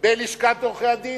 בלשכת עורכי-הדין?